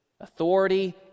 Authority